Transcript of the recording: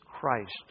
Christ